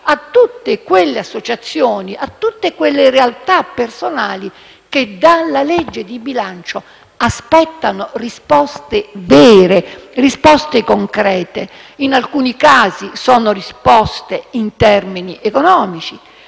a tutte quelle associazioni, a tutte quelle persone che dalla legge di bilancio aspettano risposte vere, risposte concrete. In alcuni casi sono risposte in termini economici;